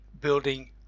building